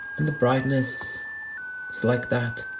and the brightness is like that.